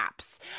apps